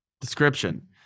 Description